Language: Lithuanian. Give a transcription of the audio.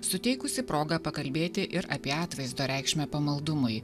suteikusį progą pakalbėti ir apie atvaizdo reikšmę pamaldumui